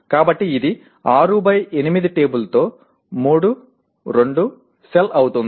కాబట్టి ఇది 6 బై 8 టేబుల్లో 3 2 సెల్ అవుతుంది